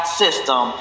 system